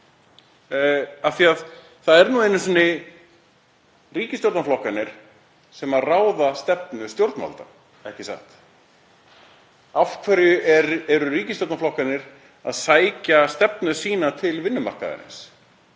Það eru nú einu sinni ríkisstjórnarflokkarnir sem ráða stefnu stjórnvalda, ekki satt? Af hverju eru ríkisstjórnarflokkarnir að sækja stefnu sína til vinnumarkaðarins?